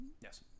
Yes